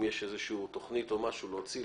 אם יש איזושהי תוכנית או משהו להוציא,